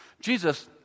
Jesus